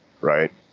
right